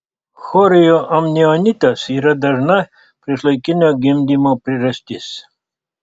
chorioamnionitas yra dažna priešlaikinio gimdymo priežastis